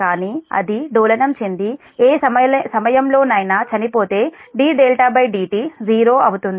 కానీ అది డోలనం చెంది ఏ సమయంలోనైనా చనిపోతే ddt '0' అవుతుంది